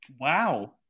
wow